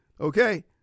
okay